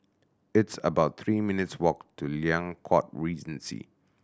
it's about three minutes' walk to Liang Court Regency